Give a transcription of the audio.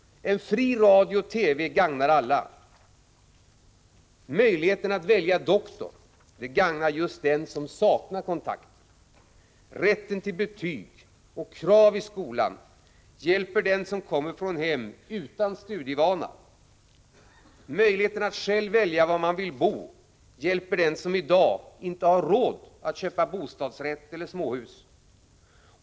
En fri radio och TV gagnar alla. Möjligheten att välja doktor gagnar just den som saknar kontakter. Rätten till betyg och krav i skolan hjälper den som kommer från hem utan studievana. Möjligheten att själv välja var man vill bo hjälper den som i dag inte har råd att köpa bostadsrätt eller småhus.